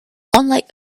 unlike